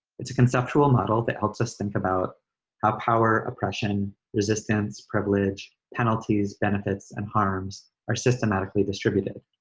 it's a conceptual model that helps us think about how power oppression, resistance, privilege, penalties, benefits and harms are systematically distributed.